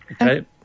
Okay